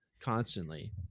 Constantly